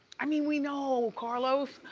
i mean, we know carlos,